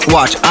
Watch